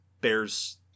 bears